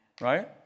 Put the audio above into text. right